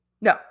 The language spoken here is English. No